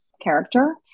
character